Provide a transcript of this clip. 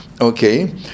Okay